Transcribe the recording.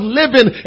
living